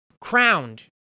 crowned